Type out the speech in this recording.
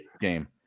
game